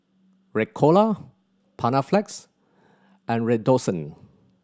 Ricola Panaflex and Redoxon